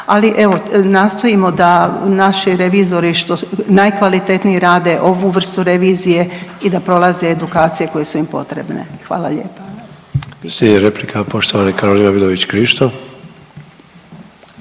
ali evo, nastojimo da naši revizori, što, najkvalitetniji rade ovu vrstu revizije i da prolaze edukacije koje su im potrebne. Hvala lijepa. **Sanader, Ante (HDZ)** Slijedi replika, poštovani Karolina Vidović Krišto.